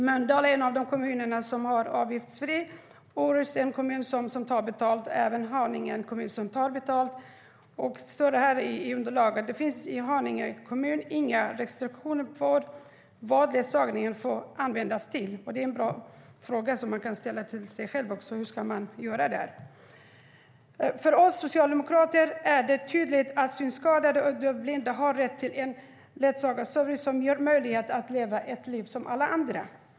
Mölndal är en av de kommuner som inte tar ut några avgifter. Orust och Haninge är kommuner som tar betalt. Det står här i underlaget att det i Haninge kommun inte finns några restriktioner för vad ledsagningen får användas till. Det är en bra fråga som man kan ställa till sig själv: Hur ska man göra när det gäller det? För oss socialdemokrater är det tydligt att synskadade och dövblinda har rätt till en ledsagarservice som ger möjlighet att leva ett liv som alla andra.